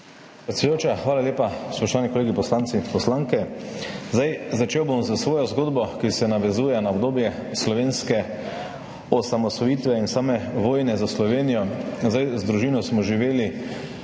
Predsedujoča, hvala lepa. Spoštovani kolegi poslanci, poslanke! Začel bom s svojo zgodbo, ki se navezuje na obdobje slovenske osamosvojitve in same vojne za Slovenijo. Z družino smo živeli